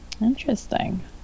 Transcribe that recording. Interesting